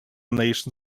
nation